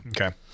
Okay